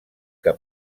que